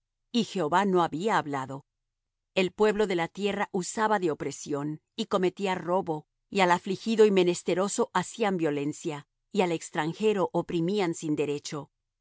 y jehová no había hablado el pueblo de la tierra usaba de opresión y cometía robo y al afligido y menesteroso hacían violencia y al extranjero oprimían sin derecho y